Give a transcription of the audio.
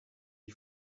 die